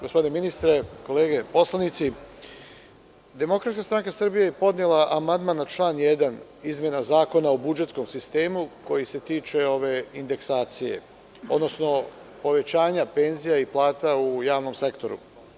gospodine ministre, kolege poslanici, DSS je podnela amandman na član 1. izmena Zakona o budžetskom sistemu, koji se tiče indeksacije, odnosno povećanja penzija i plata u javnom sektoru.